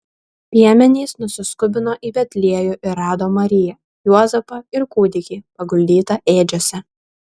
piemenys nusiskubino į betliejų ir rado mariją juozapą ir kūdikį paguldytą ėdžiose